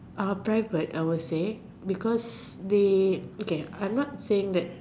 uh private I would say because they I am not saying that